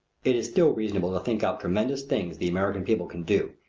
it is still reasonable to think out tremendous things the american people can do,